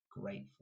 grateful